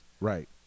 Right